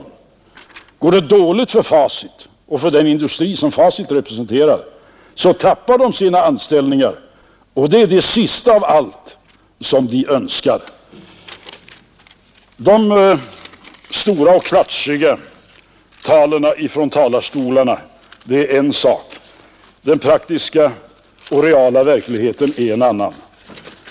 Och går det dåligt för Facit och för den industri som Facit representerar, så mister de sina anställningar, och det är det sista som de önskar. De stora och klatschiga talen från talarstolarna är en sak, den praktiska verkligheten är en annan.